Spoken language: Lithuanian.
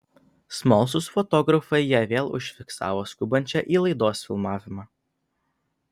smalsūs fotografai ją vėl užfiksavo skubančią į laidos filmavimą